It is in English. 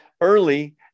early